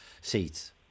seats